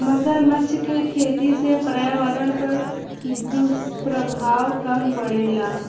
मगरमच्छ के खेती से पर्यावरण पर दुष्प्रभाव कम पड़ेला